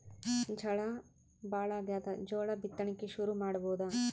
ಝಳಾ ಭಾಳಾಗ್ಯಾದ, ಜೋಳ ಬಿತ್ತಣಿಕಿ ಶುರು ಮಾಡಬೋದ?